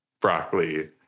broccoli